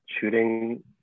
shooting